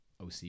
OC